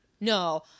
No